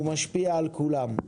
הוא משפיע על כולם.